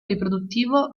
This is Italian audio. riproduttivo